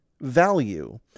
value